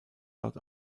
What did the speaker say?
dort